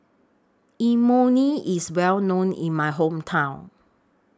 Imoni IS Well known in My Hometown